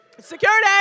security